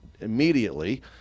immediately